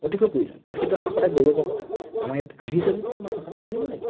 অতিকৈ প্ৰয়োজন আৰু সেইটো আমাৰ অতি গৌৰৱৰ কথা আমাৰ ইয়াত আহিছা যেতিয়া আমাৰ ভাষাটো জানিব লাগিব